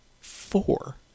four